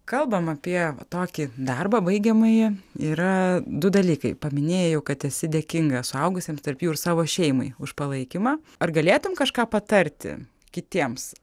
kalbam apie tokį darbą baigiamąjį yra du dalykai paminėjai jau kad esi dėkinga suaugusiems tarp jų ir savo šeimai už palaikymą ar galėtum kažką patarti kitiems